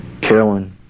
Carolyn